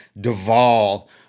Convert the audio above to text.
Duvall